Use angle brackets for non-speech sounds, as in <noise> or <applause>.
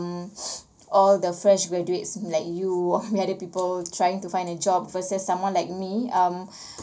mm all the fresh graduates like you <laughs> many other people trying to find a job versus someone like me um